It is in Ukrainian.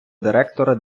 директора